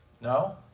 no